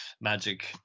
magic